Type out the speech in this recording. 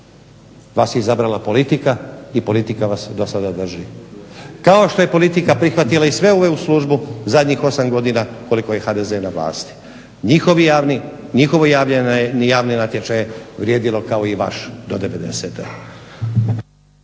Vas je izabrala politika i politika vas i do sada drži, kao što je politika prihvatila i sve ove u službu zadnjih 8 godina koliko je HDZ na vlasti. Njihovo javljanje na javne natječaje je vrijedilo kao i vaše do '90.